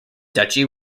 duchy